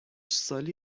سالی